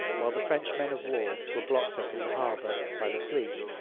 while the french men of war were blocked up in the harbour by the fleet,